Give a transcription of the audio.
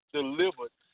delivered